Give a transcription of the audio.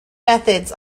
methods